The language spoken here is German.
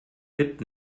mit